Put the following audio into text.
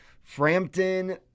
Frampton